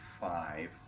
five